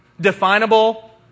definable